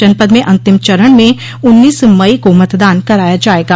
जनपद में अंतिम चरण में उन्नीस मई को मतदान कराया जायेगा